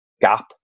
gap